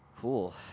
Cool